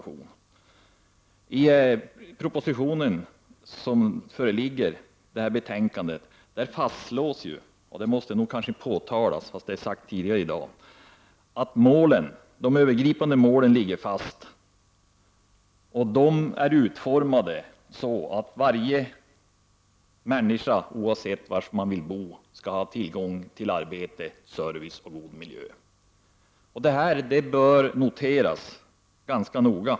I propositionen fastslås, och det måste nog understrykas fastän det har sagts tidigare i dag, att de övergripande målen ligger fast. De går ut på att varje människa, oavsett bostadsort, skall ha tillgång till arbete, service och god miljö. Detta bör nogsamt noteras.